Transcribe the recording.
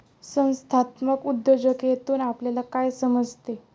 संस्थात्मक उद्योजकतेतून आपल्याला काय समजते?